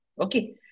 Okay